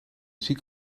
ziek